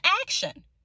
action